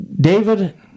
David